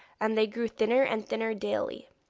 and they grew thinner and thinner daily.